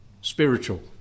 spiritual